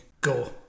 go